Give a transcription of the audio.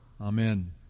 Amen